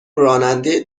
راننده